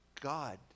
God